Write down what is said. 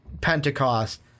Pentecost